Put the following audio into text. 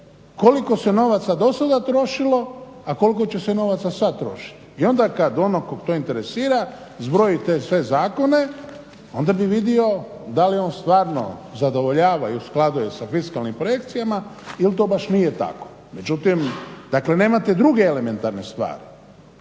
koliko se novaca do sada trošilo, a koliko će se novaca sad trošiti. I onda kad onog kog to interesira zbroji te sve zakone, onda bi vidio da li on stvarno zadovoljava i u skladu je sa fiskalnim projekcijama ili to baš nije tako. Međutim, dakle nemate druge elementarne stvari.